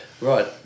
Right